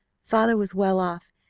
father was well off,